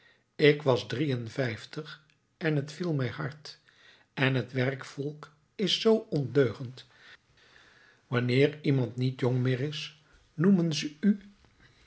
ik was drie en vijftig en t viel mij hard en het werkvolk is zoo ondeugend wanneer iemand niet jong meer is noemen ze u